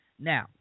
Now